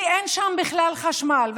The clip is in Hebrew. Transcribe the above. כי אין שם בכלל חשמל.